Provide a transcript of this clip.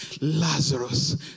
Lazarus